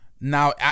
Now